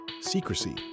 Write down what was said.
secrecy